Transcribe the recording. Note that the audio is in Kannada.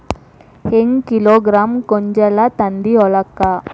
ಹೆಂಗ್ ಕಿಲೋಗ್ರಾಂ ಗೋಂಜಾಳ ತಂದಿ ಹೊಲಕ್ಕ?